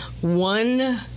one